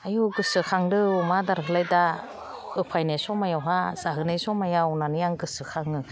आयु गोसोखांदों अमा आदारखौलाय दा होफैनाय समावहा जाहोनाय समाव होननानै आं गोसोखाङो